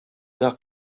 dak